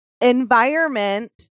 environment